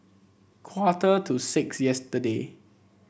quarter to six yesterday